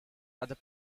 other